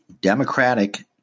Democratic